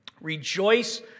Rejoice